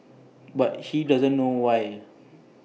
but he doesn't know why